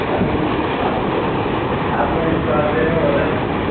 अहम् आत्म आत्मविश्वासेन वदन् अस्मि